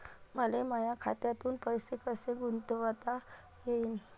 मले माया खात्यातून पैसे कसे गुंतवता येईन?